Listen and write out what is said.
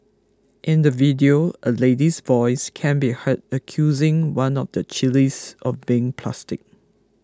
in the video a lady's voice can be heard accusing one of the chillies of being plastic